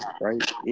right